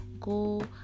go